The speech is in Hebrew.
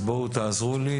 בואו תעזרו לי.